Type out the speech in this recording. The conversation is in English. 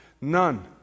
none